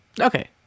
okay